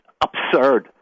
absurd